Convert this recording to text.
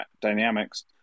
dynamics